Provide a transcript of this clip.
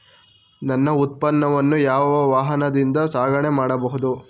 ನನ್ನ ಉತ್ಪನ್ನವನ್ನು ಯಾವ ವಾಹನದಿಂದ ಸಾಗಣೆ ಮಾಡಬಹುದು?